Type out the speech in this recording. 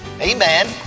Amen